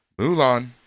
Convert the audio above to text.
Mulan